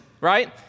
right